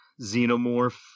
xenomorph